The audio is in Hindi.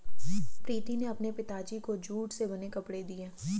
प्रीति ने अपने पिताजी को जूट से बने कपड़े दिए